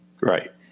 Right